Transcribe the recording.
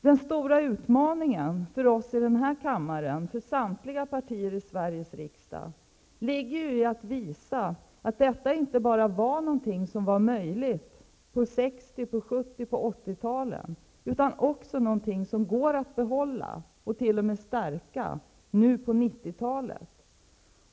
Den stora utmaningen för oss i denna kammare, för samtliga partier i Sveriges riksdag, ligger i att visa att detta inte bara var någonting som var möjligt på 60-, 70 och 80-talen, utan också är någonting som går att behålla och t.o.m. stärka nu på 90-talet.